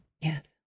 Yes